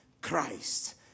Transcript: Christ